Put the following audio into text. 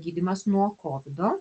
gydymas nuo kovido